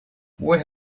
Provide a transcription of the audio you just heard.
where